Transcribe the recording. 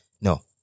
no